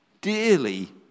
dearly